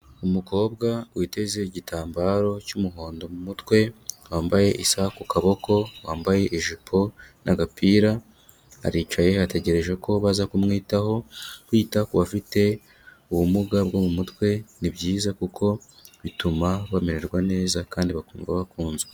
Umukobwa witeze igitambaro cy'umuhondo mu mutwe wambaye isaha ku kaboko wambaye ijipo n'agapira aricaye ategerejeko baza kumwitaho. Kwita ku bafite ubumuga bwo mu mutwe ni byiza kuko bituma bamererwa neza kandi bakumva bakunzwe.